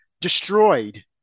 destroyed